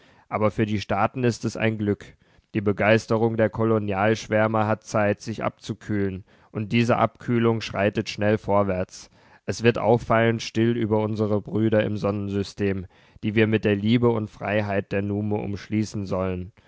aber für die staaten ist es ein glück die begeisterung der kolonialschwärmer hat zeit sich abzukühlen und diese abkühlung schreitet schnell vorwärts es wird auffallend still über unsre brüder im sonnensystem die wir mit der liebe und freiheit der nume umschließen sollen